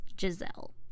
Giselle